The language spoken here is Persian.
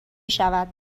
میشود